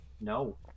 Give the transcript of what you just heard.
no